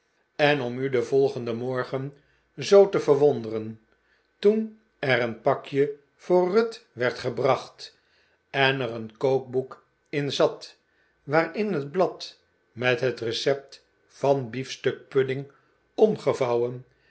en om u den vdlgenden maarten chuzzlewit morgen zoo te verwonderen toen er een pakje voor ruth werd gebracht en er een kookboek in zat waarin het blad met het recept van een biefstukpudding omgevouwen